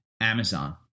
Amazon